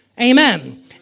Amen